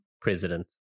president